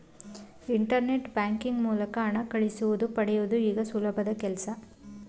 internet banking ಮೂಲಕ ಹಣ ಕಳಿಸುವುದು ಪಡೆಯುವುದು ಈಗ ಸುಲಭದ ಕೆಲ್ಸ